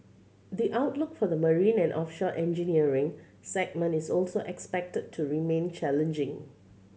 the outlook for the marine and offshore engineering segment is also expected to remain challenging